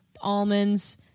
Almonds